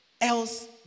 Else